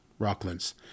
Rocklands